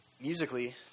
musically